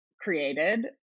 created